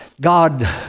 God